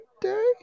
day